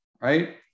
right